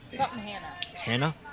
Hannah